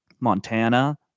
Montana